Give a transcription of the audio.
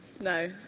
No